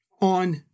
on